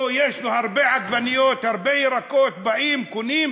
יש לו הרבה עגבניות, הרבה ירקות, באים, קונים,